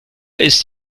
ist